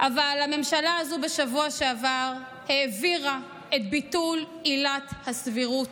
אבל בשבוע שעבר העבירה הממשלה הזאת את ביטול עילת הסבירות.